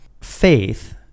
faith